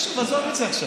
לא חשוב, עזוב את זה עכשיו.